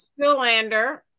stillander